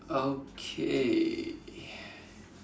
okay